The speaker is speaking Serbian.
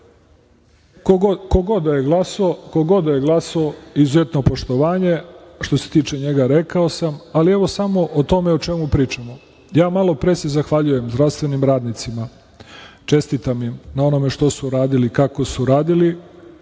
Ko god da je glasao izuzetno poštovanje i što se tiče njega rekao sam, ali evo samo o tome o čemu pričamo. Malopre ja se zahvaljujem zdravstvenim radnicima, čestitam im na onome šta su radili, kako su radili,